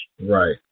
Right